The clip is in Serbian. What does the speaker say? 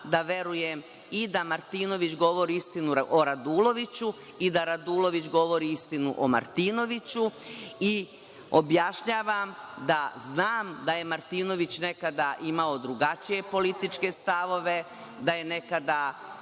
da verujem i da Martinović govori istinu o Raduloviću i da Radulović govori istinu o Martinoviću i objašnjavam da znam da je Martinović nekada imao drugačije političke stavove, da je nekada